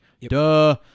Duh